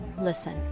Listen